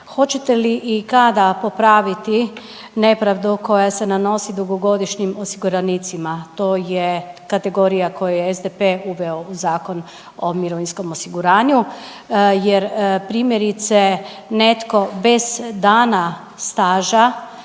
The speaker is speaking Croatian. hoćete li kada popraviti nepravdu koja se nanosi dugogodišnjim osiguranicima, to je kategorija koju je SDP uveo u Zakon o mirovinskom osiguranju, jer primjerice netko bez dana staža